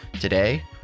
Today